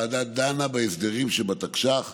הוועדה דנה בהסדרים שבתקש"ח